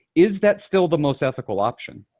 is that still the most ethical option?